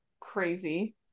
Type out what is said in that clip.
crazy